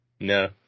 No